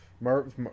Marv